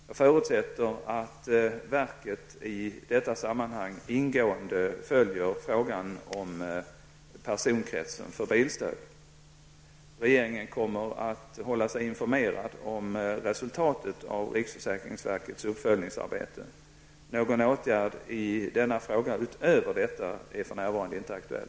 Jag förutsätter att verket i detta sammanhang ingående följer frågan om personkretsen för bilstöd. Regeringen kommer att hålla sig informerad om resultatet av riksförsäkringsverkets uppföljningsarbete. Någon åtgärd i denna fråga utöver detta är för närvarande inte aktuell.